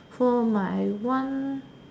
for my one